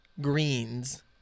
Greens